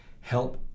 help